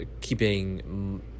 keeping